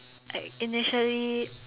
I initially